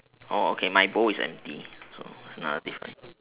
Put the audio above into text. oh okay my bowl is empty so another difference